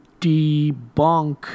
debunk